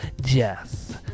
jess